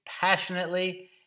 passionately